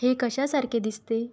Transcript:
हे कशासारखे दिसते